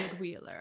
Wheeler